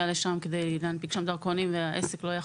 לשם כדי להנפיק שם דרכונים והעסק לא יחזיק,